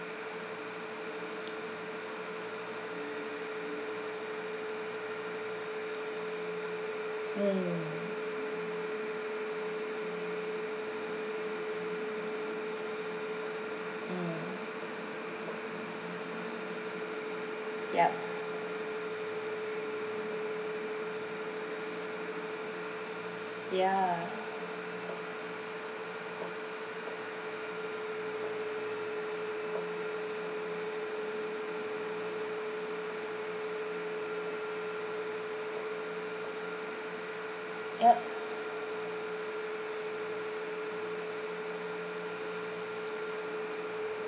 mm mm yup yeah yup